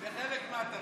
זה חלק מהתרגיל.